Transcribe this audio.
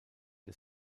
der